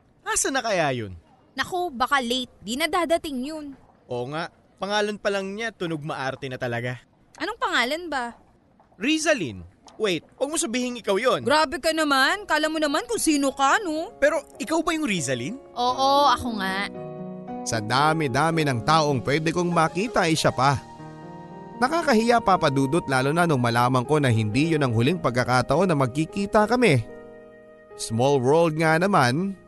Asan na kaya 'yun? Naku, baka late. Di na dadating 'yun. Oo nga, pangalan pa lang niya, tunog maarte na talaga. Anong pangalan ba? Rizalin? Wait, 'wag mo sabihing ikaw 'yun. Grabe ka naman, kala mo naman kung sino ka, no? Pero ikaw ba 'yung Rizalin? Oo, ako nga. Sa dami-dami ng taong pwede kong makita ay siya pa. Nakakahiya, Papa Dudut, lalo na nung malaman ko na hindi 'yun ang huling pagkakataon na magkikita kami. Small world nga naman.